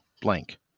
blank